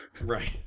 Right